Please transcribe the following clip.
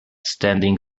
standing